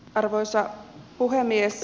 arvoisa puhemies